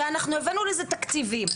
אנחנו הבאנו לזה תקציבים,